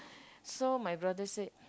so my brother said